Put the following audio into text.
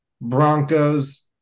Broncos